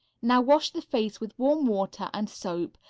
now wash the face with warm water and soap,